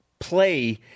play